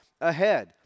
ahead